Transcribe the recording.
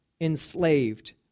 enslaved